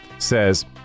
says